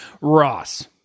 Ross